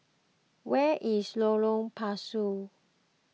where is Lorong Pasu